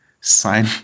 sign